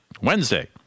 Wednesday